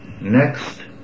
next